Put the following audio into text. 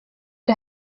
det